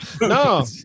No